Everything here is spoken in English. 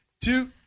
two